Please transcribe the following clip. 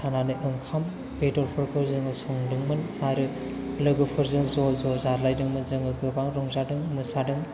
थानानै ओंखाम बेदरफोरखौ जोङो संदोंमोन आरो लोगोफोरजों ज' ज' जालायदोंमोन जोङो गोबां रंजादों मोसादों